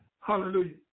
Hallelujah